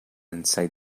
inside